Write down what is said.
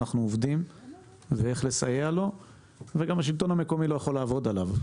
עובדים ואיך לסייע לו וגם השלטון המקומי לא יכול לעבוד עליו.